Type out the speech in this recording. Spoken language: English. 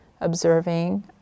observing